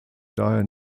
daher